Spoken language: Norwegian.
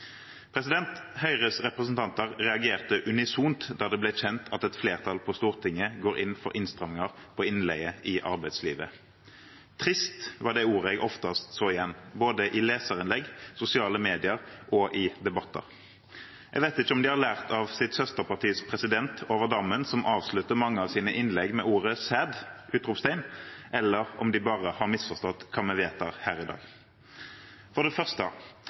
Høyres representanter reagerte unisont da det ble kjent at et flertall på Stortinget går inn for innstramminger på innleie i arbeidslivet. Trist, var det ordet jeg oftest så igjen både i leserinnlegg, i sosiale medier og i debatter. Jeg vet ikke om de har lært av sitt søsterpartis president over dammen som avslutter mange av sine innlegg med ordet sad!, eller om de bare har misforstått hva vi vedtar her i dag. For det første: